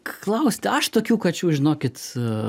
klaust aš tokių kačių žinokit